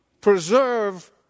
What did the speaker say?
preserve